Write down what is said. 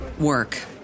work